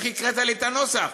איך הקראת לי את הנוסח?